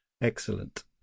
excellent